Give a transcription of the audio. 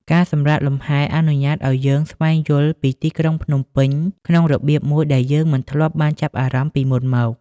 ការសម្រាកលំហែ អនុញ្ញាតឱ្យយើងស្វែងយល់ពីទីក្រុងភ្នំពេញក្នុងរបៀបមួយដែលយើងមិនធ្លាប់បានចាប់អារម្មណ៍ពីមុនមក។